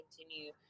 continue